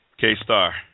K-Star